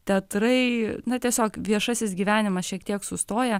teatrai na tiesiog viešasis gyvenimas šiek tiek sustoja